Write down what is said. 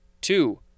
Two